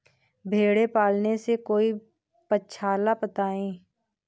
भेड़े पालने से कोई पक्षाला बताएं?